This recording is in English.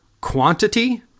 quantity